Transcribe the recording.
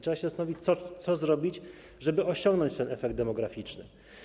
Trzeba się zastanowić, co zrobić, żeby osiągnąć efekt demograficzny.